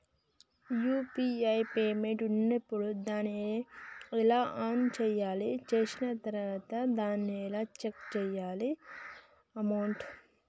UPI payment ఉన్నప్పుడు దాన్ని ఎలా ఆన్ చేయాలి? చేసిన తర్వాత దాన్ని ఎలా చెక్ చేయాలి అమౌంట్?